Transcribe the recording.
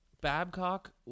Babcock